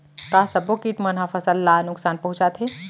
का सब्बो किट मन ह फसल ला नुकसान पहुंचाथे?